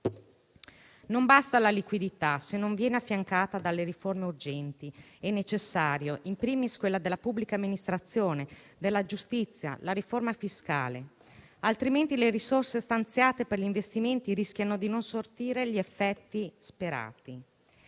Non basta la liquidità, se non viene affiancata dalle riforme urgenti e necessarie, *in primis* quelle della pubblica amministrazione, della giustizia e del fisco, altrimenti le risorse stanziate per gli investimenti rischiano di non sortire gli effetti sperati.